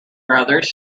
brothers